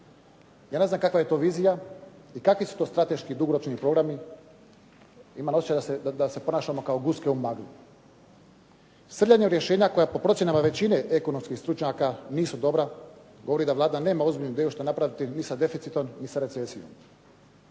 Ja ne znam kakva je to vizija i kakvi su to strateški dugoročni programi? Imam osjećaj da se ponašamo kao guske u magli. Srljanju u rješenja koja po procjenama većine ekonomskih stručnjaka nisu dobra. Govori da Vlada nema ozbiljnu ideju što napraviti ni sa deficitom, ni sa recesijom.